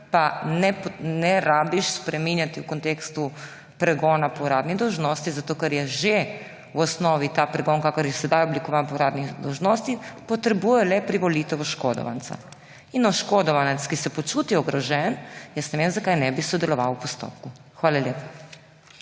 pa ne rabiš spreminjati v kontekstu pregona po uradni dolžnosti, zato ker je že v osnovi ta pregon, kakor je sedaj oblikovan, po uradni dolžnosti, potrebuje le privolitev oškodovanca. In oškodovanec, ki se počuti ogroženega, ne vem, zakaj ne bi sodeloval v postopku. Hvala lepa.